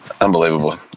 Unbelievable